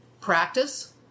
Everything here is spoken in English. practice